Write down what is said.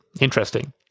Interesting